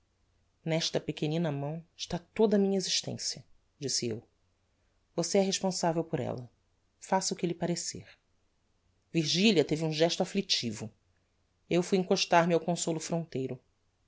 nesta pequenina mão está toda a minha existencia disse eu voce é responsavel por ella faça o que lhe parecer virgilia teve um gesto afflictivo eu fui encostar me ao consolo fronteiro